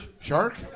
shark